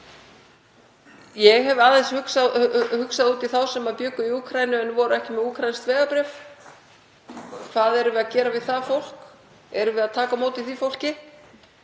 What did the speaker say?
Ég hef aðeins hugsað út í þá sem bjuggu í Úkraínu en voru ekki með úkraínskt vegabréf. Hvað erum við að gera við það fólk? Erum við að taka á móti því fólki?